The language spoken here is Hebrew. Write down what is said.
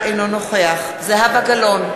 אינו נוכח זהבה גלאון,